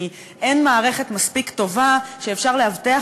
כי אין מערכת מספיק טובה שאפשר לאבטח